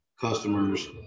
customers